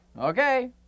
Okay